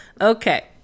Okay